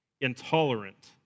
intolerant